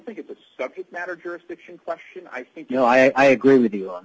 think it's a subject matter jurisdiction question i think you know i agree with you on